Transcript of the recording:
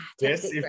yes